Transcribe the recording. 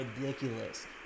ridiculous